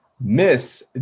Miss